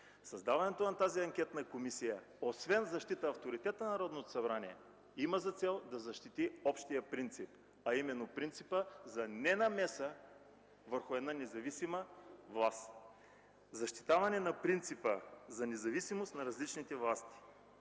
Създаването на такава анкетна комисия освен защита на авторитета на Народното събрание, има за цел да защити общия принцип – принципа за ненамеса върху една независима власт, защитаване принципа за независимост на различните власти,